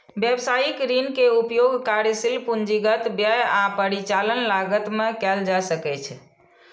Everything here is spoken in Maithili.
व्यवसायिक ऋण के उपयोग कार्यशील पूंजीगत व्यय आ परिचालन लागत मे कैल जा सकैछ